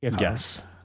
Yes